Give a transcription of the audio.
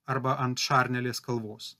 arba ant šarnelės kalvos